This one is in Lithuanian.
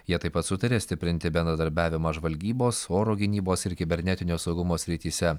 jie taip pat sutarė stiprinti bendradarbiavimą žvalgybos oro gynybos ir kibernetinio saugumo srityse